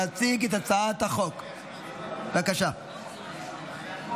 הצעת חוק לפיצוי קורבנות טרור (פיצויים לדוגמה),